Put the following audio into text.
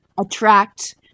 attract